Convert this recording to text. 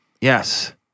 Yes